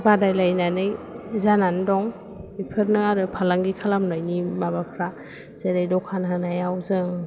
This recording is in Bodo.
बादायलायनानै जानानै दं बेफोरनो आरो फालांगि खालामनायनि माबाफ्रा जेरै द'खान होनायाव जों